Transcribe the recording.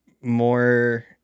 more